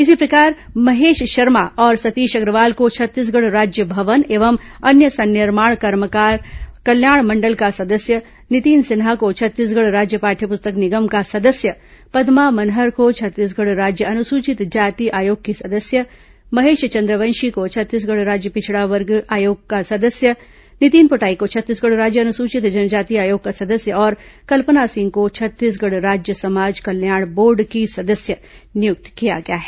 इसी प्रकार महेश शर्मा और सतीश अग्रवाल को छत्तीसगढ़ राज्य भवन एवं अन्य सन्निर्माण कर्मकार कल्याण मण्डल का सदस्य नितिन सिन्हा को छत्तीसगढ़ राज्य पाठ्य पुस्तक निगम का सदस्य पद्मा मनहर को छत्तीसगढ़ राज्य अनुसूचित जाति आयोग की सदस्य महेश चंद्रवंशी को छत्तीसगढ़ राज्य पिछड़ा वर्ग आयोग का सदस्य नितिन पोटाई को छत्तीसगढ़ राज्य अनुसूचित जनजाति आयोग का सदस्य और कल्पना सिंह को छत्तीसगढ़ राज्य समाज कल्याण बोर्ड की सदस्य नियुक्त किया गया है